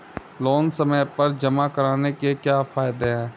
Loan समय पर जमा कराने के क्या फायदे हैं?